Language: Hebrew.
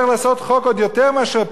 צריך לעשות חוק עוד יותר מאשר,